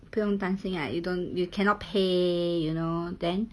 不用担心 ah you don't you cannot pay you know then